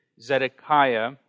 Zedekiah